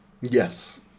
Yes